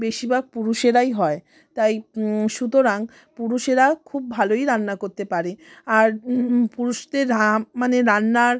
বেশিরভাগ পুরুষেরাই হয় তাই সুতরাং পুরুষেরা খুব ভালোই রান্না করতে পারে আর পুরুষদের রা মানে রান্নার